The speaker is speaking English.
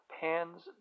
Pan's